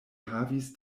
havis